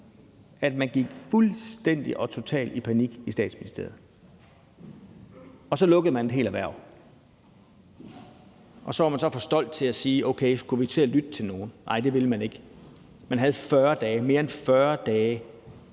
at man gik fuldstændig og totalt i panik i Statsministeriet, og så lukkede man et helt erhverv. Og så var man så for stolt til at sige: Okay, skulle vi til at lytte til nogen? Nej, det ville man ikke. Man havde 40 dage, mere end 40 dage,